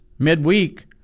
midweek